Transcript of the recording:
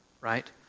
right